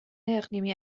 اقلیمی